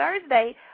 Thursday